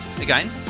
Again